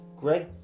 Greg